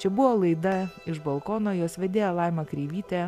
čia buvo laida iš balkono jos vedėja laima kreivytė